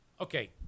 Okay